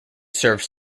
served